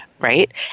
right